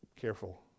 Careful